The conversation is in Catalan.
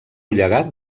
llegat